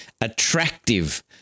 attractive